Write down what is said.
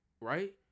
right